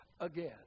again